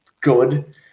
good